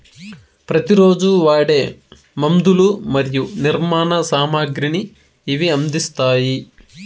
ప్రతి రోజు వాడే మందులు మరియు నిర్మాణ సామాగ్రిని ఇవి అందిస్తాయి